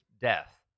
death